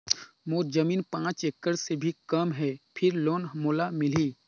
मोर जमीन पांच एकड़ से भी कम है फिर लोन मोला मिलही?